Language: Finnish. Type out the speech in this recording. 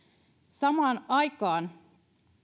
samaan aikaan